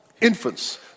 infants